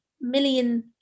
million